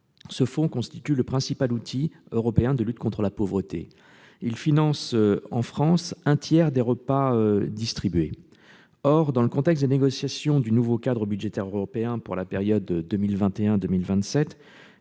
ce fonds constitue le principal outil européen de lutte contre la pauvreté. Il finance, en France, un tiers des repas distribués. Or, dans le contexte des négociations du nouveau cadre budgétaire européen pour la période 2021-2027,